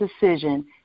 decision